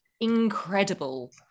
incredible